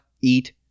eat